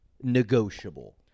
negotiable